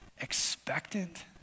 expectant